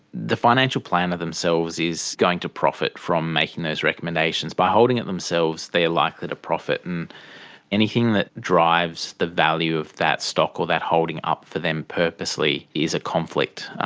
the financial planner themselves is going to profit from making those recommendations. by holding it themselves, they are likely to profit. and anything that drives the value of that stock or that holding up for them purposely is a conflict.